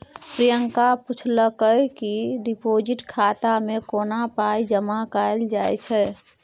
प्रियंका पुछलकै कि डिपोजिट खाता मे कोना पाइ जमा कयल जाइ छै